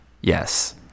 Yes